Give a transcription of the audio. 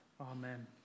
Amen